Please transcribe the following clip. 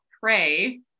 Pray